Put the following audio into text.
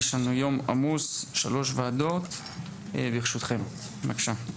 יש לנו יום עמוס, שלוש וועדות, ברשותכם, בבקשה.